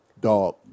Dog